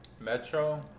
Metro